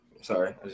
Sorry